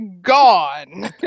gone